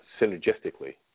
synergistically